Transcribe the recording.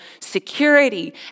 security